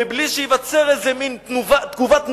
ובלי שתיווצר איזו תגובת נגד?